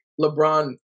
LeBron